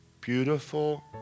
beautiful